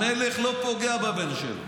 המלך לא פוגע בבן שלו.